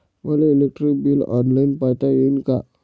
मले electric bill online पायता येईन का?